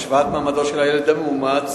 השוואת מעמדו של הילד המאומץ